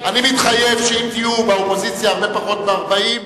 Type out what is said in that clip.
אני מתחייב שאם תהיו באופוזיציה הרבה פחות מ-40,